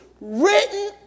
written